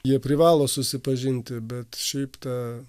jie privalo susipažinti bet šiaip ta